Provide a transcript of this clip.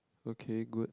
okay good